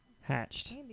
Hatched